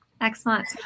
Excellent